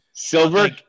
Silver